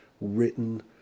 written